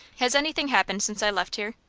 has anything happened since i left here?